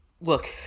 look